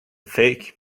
fake